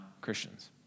Christians